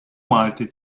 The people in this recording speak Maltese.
malti